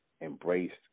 embraced